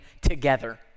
together